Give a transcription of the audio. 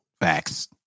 Facts